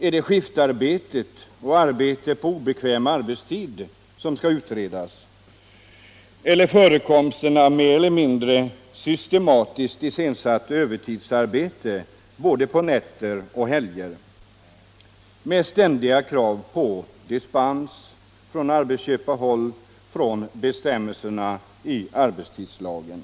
Är det skiftarbete och arbete på obekväm arbetstid som skall utredas? Eller är det förekomsten: av mer eller mindre systematiskt iscensatt övertidsarbete på både nätter och helger, med ständiga krav från arbetsköparhåll på dispens från bestämmelserna i arbetstidslagen?